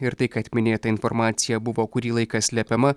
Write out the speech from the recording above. ir tai kad minėta informacija buvo kurį laiką slepiama